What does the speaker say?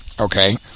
okay